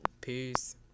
Peace